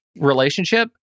relationship